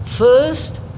First